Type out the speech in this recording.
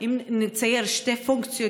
אם נצייר שתי פונקציות,